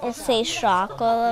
jisai šoko